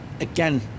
again